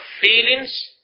feelings